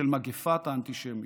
של מגפת האנטישמיות.